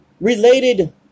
related